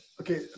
Okay